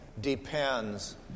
depends